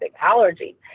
allergy